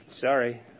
sorry